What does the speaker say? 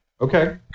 Okay